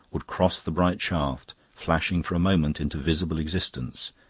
would cross the bright shaft, flashing for a moment into visible existence,